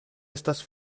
estas